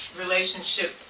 relationship